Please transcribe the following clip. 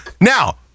now